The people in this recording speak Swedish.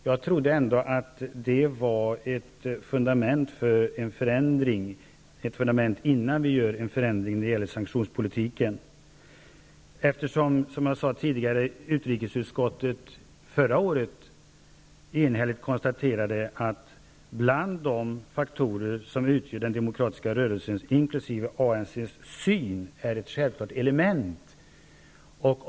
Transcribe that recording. Jag trodde ändå att det var ett fundament, innan vi gör en förändring i sanktionspolitiken, eftersom, som jag sade tidigare, utrikesutskottet förra året enhälligt konstaterade att det här ingår i den demokratiska rörelsens, även ANC:s, syn och är ett självklart element.